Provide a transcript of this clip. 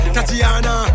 Tatiana